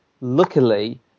Luckily